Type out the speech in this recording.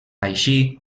així